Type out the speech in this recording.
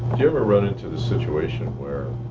you ever run into the situation where